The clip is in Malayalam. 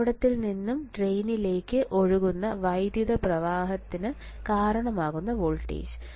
ഉറവിടത്തിൽ നിന്ന് ഡ്രെയിനിലേക്ക് ഒഴുകുന്ന വൈദ്യുത പ്രവാഹത്തിന് കാരണമാകുന്ന വോൾട്ടേജ്